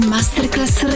Masterclass